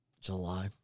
July